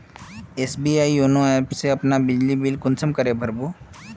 SBI YONO app से अपना बिजली बिल कुंसम करे भर बो?